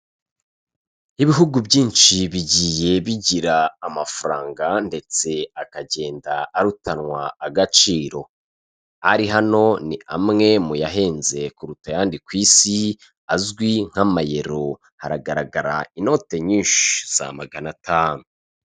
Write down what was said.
Ibihugu byinshi bigiye bigira amafaranga ndetse akagenda arutanwa agaciro, ari hano ni amwe muyahenze kuruta ayandi ku isi azwi nk'amayero, hagaragara inote nyinshi za magana atanu.